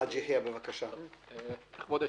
עבד אל חכים חאג' יחיא (הרשימה המשותפת): כבוד היושב-ראש,